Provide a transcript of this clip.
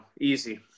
Easy